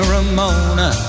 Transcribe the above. Ramona